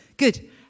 Good